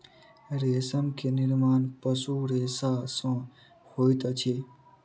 रेशम के निर्माण पशु रेशा सॅ होइत अछि